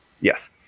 Yes